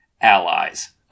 allies